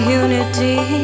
unity